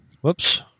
Whoops